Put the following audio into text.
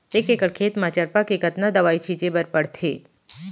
एक एकड़ खेत म चरपा के कतना दवई छिंचे बर पड़थे?